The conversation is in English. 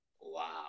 wow